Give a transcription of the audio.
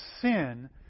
sin